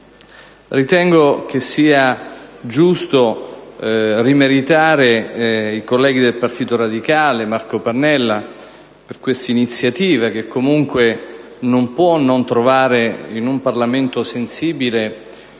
Ritengo che sia giusto rimeritare i colleghi del Partito Radicale e Marco Pannella per questa iniziativa che - comunque - non può non trovare un Parlamento sensibile